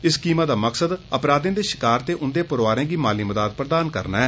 इस स्कीम दा मकसद अपराधे दे शिकार ते उंदे परोआर गी माली मदाद प्रधान करना ऐ